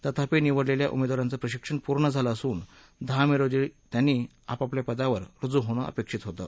तथापि निवडलेल्या उमेदवारांचं प्रशिक्षण पुर्ण झालं असून दहा मे रोजी त्यांनी आपआपल्या पदावर रुजू होणं अपेक्षित होतं